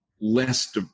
less